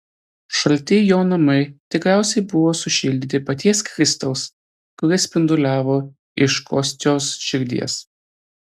šalti jo namai tikriausiai buvo sušildyti paties kristaus kuris spinduliavo iš kostios širdies